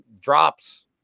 drops